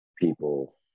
people